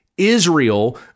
Israel